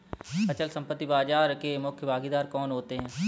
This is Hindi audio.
अचल संपत्ति बाजार के मुख्य भागीदार कौन होते हैं?